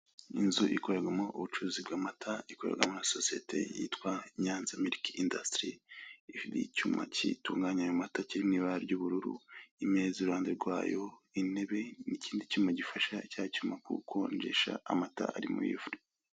Inzu ikorerwamo ubucuruzi bw'amata ikorerwamo na sosiyete yitwa Nyanza milk industry icyuma gitunganya ayo mata kiri mu ibara ry'ubururu, imeza uruhande rwayo, intebe n'ikindi cyuma gifasha cya cyuma gukonjesha amata ari muri iyo firigo.